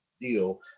deal